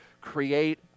create